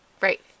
Right